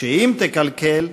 שאם תקלקל,